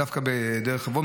דווקא בדרך חברון.